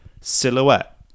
silhouette